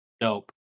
Dope